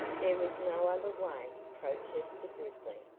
there was no other way, protested ripley,